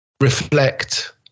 reflect